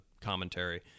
commentary